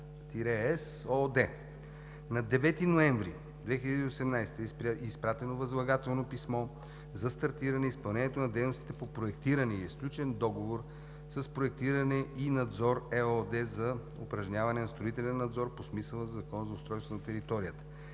„БИАД-С“ ООД. На 9 ноември 2018 г. е изпратено възлагателно писмо за стартиране изпълнението на дейностите по проектиране и е сключен договор с „Проектиране и надзор“ ЕООД за упражняване на строителен надзор по смисъла на Закона за устройство на територията.